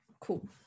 Cool